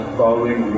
following